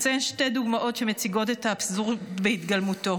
אציין שתי דוגמאות שמציגות את האבסורד בהתגלמותו: